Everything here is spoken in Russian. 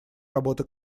работы